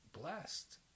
blessed